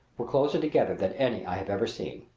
were closer together than any i have ever seen.